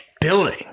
building